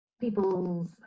people's